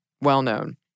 Well-known